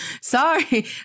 sorry